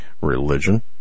religion